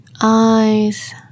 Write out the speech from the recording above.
eyes